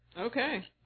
Okay